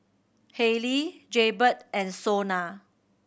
Haylee Jaybird and SONA